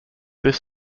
this